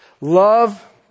love